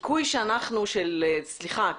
הסיכוי שלנו לצונאמי בים התיכון סליחה,